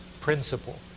principle